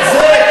אחמד?